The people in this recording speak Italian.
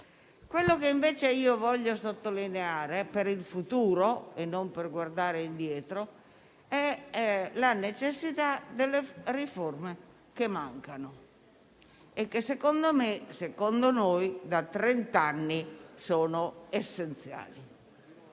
Quello che invece voglio sottolineare, per il futuro e non per guardare indietro, è la necessità delle riforme che mancano e che - secondo noi - da trent'anni sono essenziali.